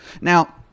Now